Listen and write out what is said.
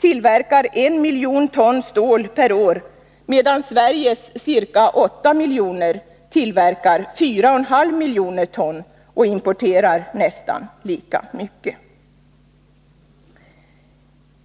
tillverkar 1 miljon ton stål per år, medan Sveriges ca 8 miljoner tillverkar 4,5 miljoner ton och importerar nästan lika mycket.